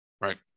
Right